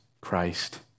Christ